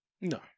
No